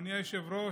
אדוני היושב-ראש,